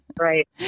Right